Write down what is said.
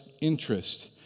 interest